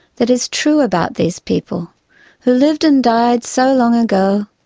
that is true about these people who lived and died so long ago,